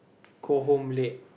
go home late